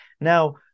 now